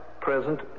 present